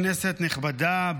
כנסת נכבדה,